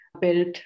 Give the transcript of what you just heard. built